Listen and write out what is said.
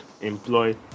employ